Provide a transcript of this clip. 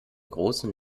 großen